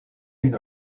une